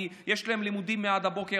כי יש להם לימודים עד הבוקר,